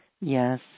Yes